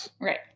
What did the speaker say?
right